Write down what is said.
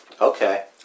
Okay